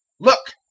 look!